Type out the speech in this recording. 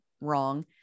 wrong